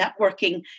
networking